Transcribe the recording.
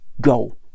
go